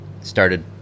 started